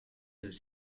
celle